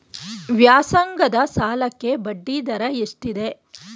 ವ್ಯಾಸಂಗದ ಸಾಲಕ್ಕೆ ಬಡ್ಡಿ ದರ ಎಷ್ಟಿದೆ?